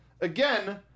again